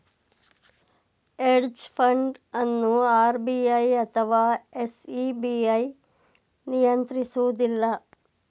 hedge fund ಅನ್ನು RBI ಅಥವಾ SEBI ನಿಯಂತ್ರಿಸುವುದಿಲ್ಲ